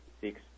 six